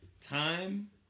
time